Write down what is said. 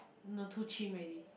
no too chim already